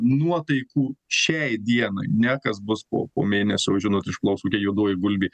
nuotaikų šiai dienai ne kas bus po po mėnesio žinot išplauks kokia juodoji gulbė